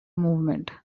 movement